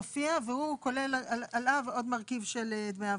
מופיע, והוא כולל עליו עוד מרכיב של דמי הבראה.